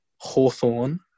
Hawthorne